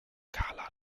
karla